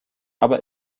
aber